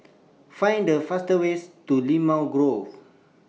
Find The faster ways to Limau Grove